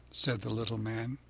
said the little man,